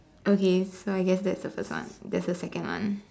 okay so I guess that's the first one there's the second one